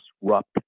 disrupt